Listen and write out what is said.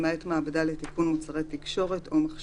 למעט מעבדה לתיקון מוצרי תקשורת או מחשבים,